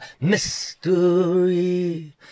mystery